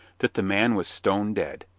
that the man was stone-dead.